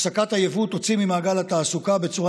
הפסקת היבוא תוציא ממעגל התעסוקה בצורה